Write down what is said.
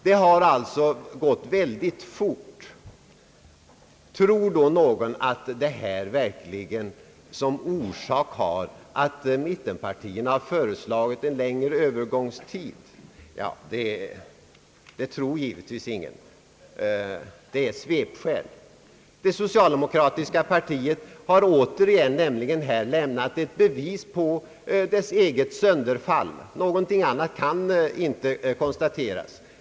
Det har alltså gått mycket fort. Tror då någon verkligen, att orsaken till detta är att mittenpartierna har föreslagit en längre övergångstid? Det tror givetvis ingen! Det är ett svepskäl. Det socialdemokratiska partiet har nämligen återigen här lämnat ett bevis på sitt eget sönderfall. Någonting annat kan inte konstateras.